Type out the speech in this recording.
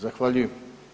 Zahvaljujem.